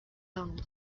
long